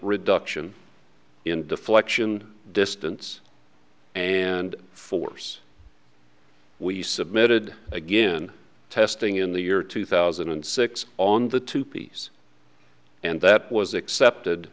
reduction in deflection distance and force we submitted again testing in the year two thousand and six on the two piece and that was accepted